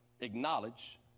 acknowledge